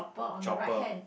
chopper